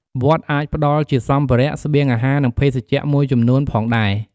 វត្តអាចផ្ដល់ជាសម្ភារៈ ស្បៀងអាហារ និងភេសជ្ជៈមួយចំនួនផងដែរ។